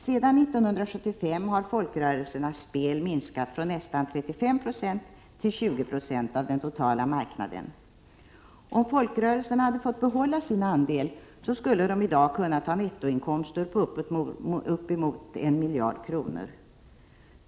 Sedan 1975 har folkrörelsernas spel minskat från nästan 35 96 till 20 Jo av den totala marknaden. Om folkrörelserna hade fått behålla sin andel skulle de i dag kunnat ha nettoinkomster på uppemot 1 miljard kronor.